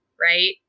Right